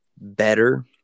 better